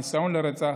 ניסיון לרצח,